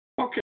Okay